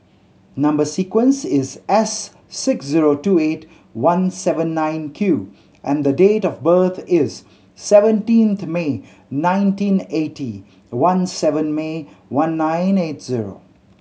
number sequence is S six zero two eight one seven nine Q and the date of birth is seventeenth May nineteen eighty one seven May one nine eight zero